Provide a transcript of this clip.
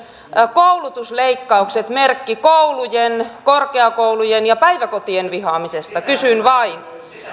koulutusleikkaukset merkki koulujen korkeakoulujen ja päiväkotien vihaamisesta kysyn vain